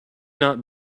not